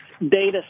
data